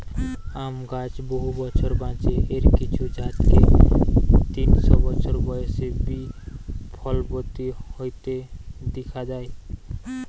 আম গাছ বহু বছর বাঁচে, এর কিছু জাতকে তিনশ বছর বয়সে বি ফলবতী হইতে দিখা যায়